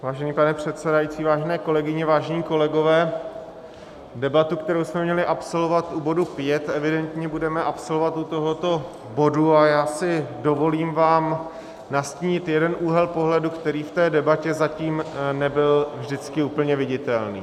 Vážený pane předsedající, vážené kolegyně, vážení kolegové, debatu, kterou jsme měli absolvovat u bodu pět, evidentně budeme absolvovat u tohoto bodu a já si dovolím vám nastínit jeden úhel pohledu, který v té debatě zatím nebyl vždycky úplně viditelný.